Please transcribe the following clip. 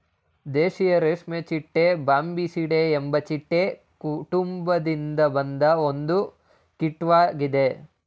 ದೇಶೀಯ ರೇಷ್ಮೆಚಿಟ್ಟೆ ಬಾಂಬಿಸಿಡೆ ಎಂಬ ಚಿಟ್ಟೆ ಕುಟುಂಬದಿಂದ ಬಂದ ಒಂದು ಕೀಟ್ವಾಗಿದೆ